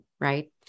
right